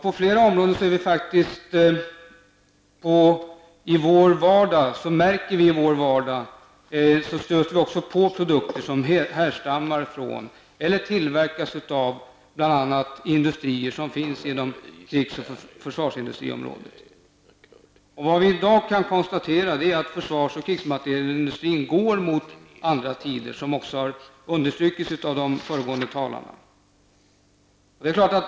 På flera områden än vi faktiskt tänker på i vår vardag stöter vi på produkter som härrör från eller tillverkas av bl.a. krigs och försvarsindustrin. Vad vi i dag kan konstatera är att försvars och krigsmateriel industrin går mot andra tider, vilket också har understrukits av föregående talare.